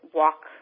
walk